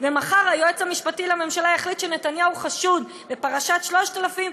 ומחר היועץ המשפטי לממשלה יחליט שנתניהו חשוד בפרשת 3000,